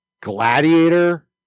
Gladiator